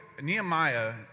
Nehemiah